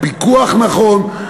בפיקוח נכון,